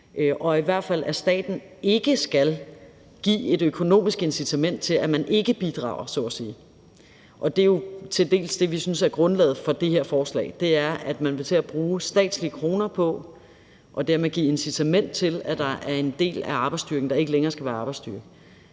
og i hvert fald at staten ikke skal give et økonomisk incitament til, at man ikke bidrager, så at sige. Det er jo delvis det, vi synes er grundlaget for det her forslag, og det er, at man vil til at bruge statslige kroner på og dermed give et incitament til, at der er en del af arbejdsstyrken, der ikke længere skal være det.